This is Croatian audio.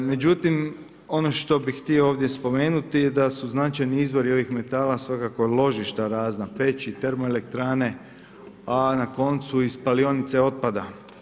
Međutim, ono što bih htio ovdje spomenuti je da su značajni izvori ovih metala svakako ložišta razna, peći, termo elektrane a na koncu i spalionice otpada.